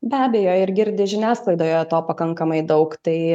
be abejo ir girdi žiniasklaidoje to pakankamai daug tai